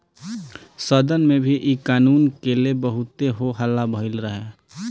सदन में भी इ कानून के ले बहुते हो हल्ला भईल रहे